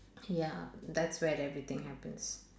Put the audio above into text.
ya that's where everything happens